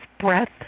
breath